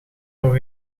nog